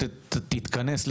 אתגרים: